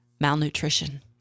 malnutrition